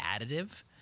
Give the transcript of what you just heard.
additive